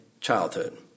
childhood